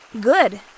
good